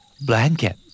Blanket